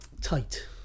Tight